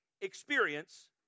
experience